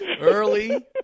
Early